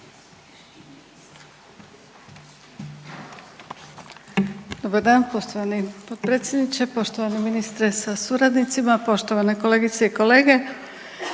Dobar dan poštovani potpredsjedniče, poštovani ministre sa suradnicima. Poštovane kolegice i kolege.